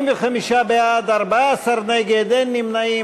45 בעד, 14 נגד, אין נמנעים.